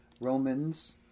Romans